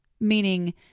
meaning